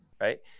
right